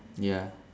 ya